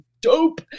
dope